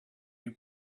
you